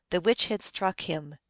the witch had struck him,